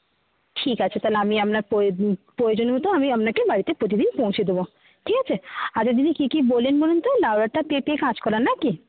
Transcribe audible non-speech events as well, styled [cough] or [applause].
ঠিক আছে তাহলে আমি আপনার [unintelligible] প্রয়োজন মতো আপনাকে বাড়িতে প্রতিদিন পৌঁছে দেবো ঠিক আছে আচ্ছা দিদি কী কী বললেন বলুন তো লাউডাঁটা পেঁপে কাঁচকলা না কি